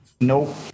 Nope